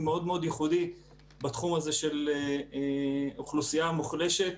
מאוד ייחודי בתחום של אוכלוסייה מוחלשת